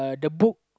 the book